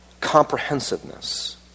comprehensiveness